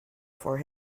for